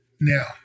Now